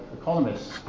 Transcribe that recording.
economists